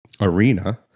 arena